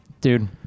dude